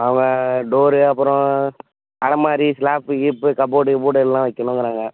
ஆமாம் டோரு அப்புறம் அலமாரி ஸ்லாப்பு கீப்பு கப்போர்டு கிபோர்டு எல்லாம் வைக்கணுங்கிறாங்க